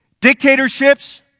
dictatorships